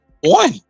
one